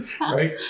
right